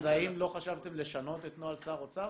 אז האם לא חשבתם לשנות את נוהל שר אוצר,